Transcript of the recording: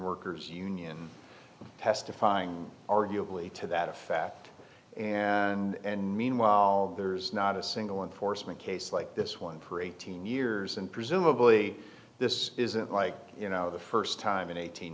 workers union testifying arguably to that effect and meanwhile there's not a single enforcement case like this one pre teen years and presumably this isn't like you know the st time in eighteen